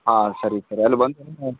ಹಾಂ ಸರಿ ಸರಿ ಅಲ್ಲಿ ಬಂದು